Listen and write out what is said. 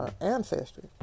ancestry